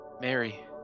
Mary